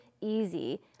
easy